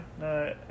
no